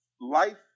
life